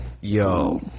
Yo